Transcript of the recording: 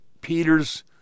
peter's